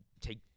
take